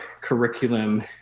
curriculum